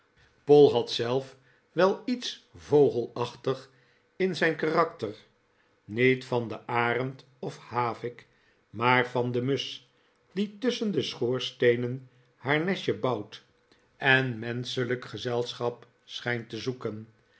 poll had zelf wel iets vogelachtig in zijn karakter niet van den arend of'havik maar van de musch die tusschen de schoorsteenen haar nestje bouwt en menschelijk gezelschap schijnt te zoeken